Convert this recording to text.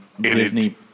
Disney